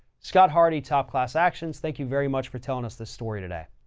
scott hardy, top class actions. thank you very much for telling us this story today.